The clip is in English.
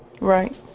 Right